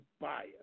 bias